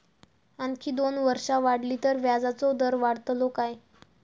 आणखी दोन वर्षा वाढली तर व्याजाचो दर वाढतलो काय?